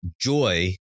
joy